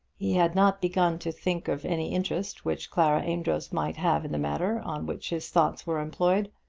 he had not begun to think of any interest which clara amedroz might have in the matter on which his thoughts were employed.